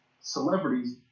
celebrities